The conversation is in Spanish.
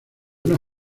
una